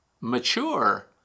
mature